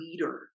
leader